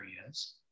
areas